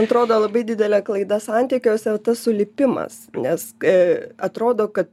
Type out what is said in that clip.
atrodo labai didelė klaida santykiuose tas sulipimas nes kai atrodo kad